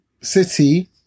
City